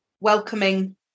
welcoming